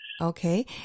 Okay